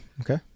okay